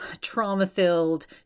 trauma-filled